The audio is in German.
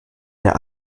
der